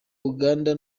uganda